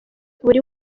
buri